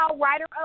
writer